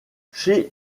chez